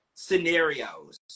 scenarios